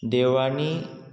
देवळांनी